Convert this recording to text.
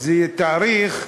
זה תאריך,